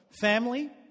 family